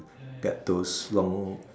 get those long